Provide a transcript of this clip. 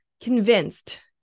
convinced